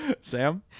Sam